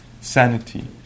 Sanity